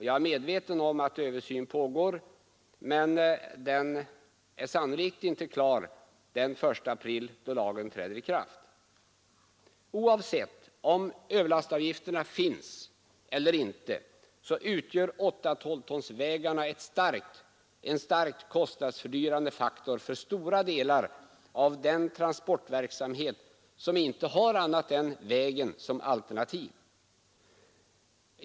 Jag är medveten om att översyn pågår, men den är sannolikt inte klar den 1 april då lagen träder i kraft. Oavsett om överlastavgifterna finns eller inte utgör 8/12 tons vägar en starkt kostnadsfördyrande faktor för stora delar av den transportverksamhet som inte har annat än väg som alternativ.